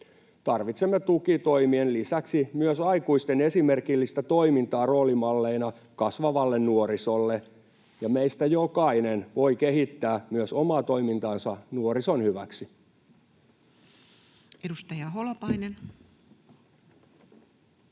Tarvitsemme tukitoimien lisäksi myös aikuisten esimerkillistä toimintaa roolimalleina kasvavalle nuorisolle, ja meistä jokainen voi kehittää myös omaa toimintaansa nuorison hyväksi. [Speech